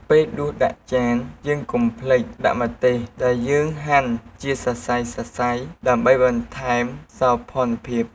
ពេលដួសដាក់ចាន កុំភ្លេចដាក់ម្ទេសដែលយើងហាន់ជាសរសៃៗ ដើម្បីបន្ថែមសោភ័ណភាព។